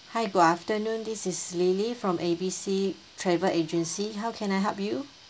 hi good afternoon this is lily from A B C travel agency how can I help you